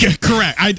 Correct